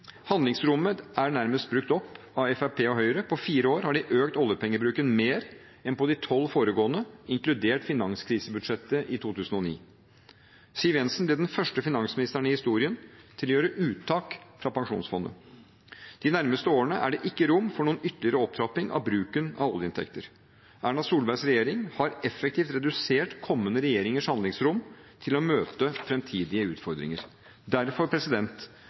Handlingsrommet er nærmest brukt opp av Fremskrittspartiet og Høyre. På fire år har de økt oljepengebruken mer enn på de tolv foregående, inkludert finanskrisebudsjettet i 2009. Siv Jensen ble den første finansministeren i historien til å gjøre uttak fra pensjonsfondet. De nærmeste årene er det ikke rom for noen ytterligere opptrapping i bruken av oljeinntekter. Erna Solbergs regjering har effektivt redusert kommende regjeringers handlingsrom til å møte framtidige utfordringer. Derfor,